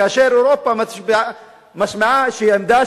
כאשר אירופה משמיעה איזו עמדה,